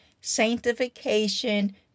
Sanctification